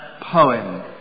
poem